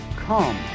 Come